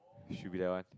he should be that one